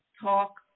Talk